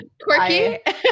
quirky